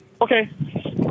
okay